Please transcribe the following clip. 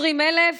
20,000